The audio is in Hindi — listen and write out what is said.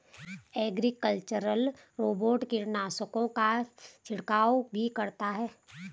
एग्रीकल्चरल रोबोट कीटनाशकों का छिड़काव भी करता है